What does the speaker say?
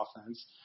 offense